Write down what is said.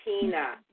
Tina